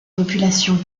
populations